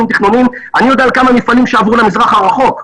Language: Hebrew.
אני יודע על כמה מפעלים שעברו למזרח הרחוק,